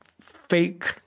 fake